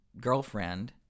girlfriend